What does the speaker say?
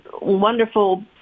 wonderful